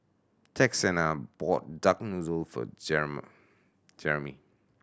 Texanna bought duck noodle for Jeramie